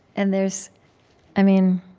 and there's i mean,